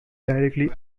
directly